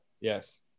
Yes